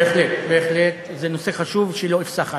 בהחלט, בהחלט, זה נושא חשוב שלא אפסח עליו.